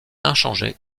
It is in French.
inchangé